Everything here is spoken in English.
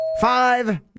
Five